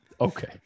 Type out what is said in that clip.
Okay